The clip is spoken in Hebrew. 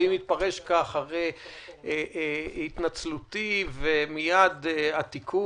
ואם התפרש ככה, הרי התנצלותי ומייד התיקון.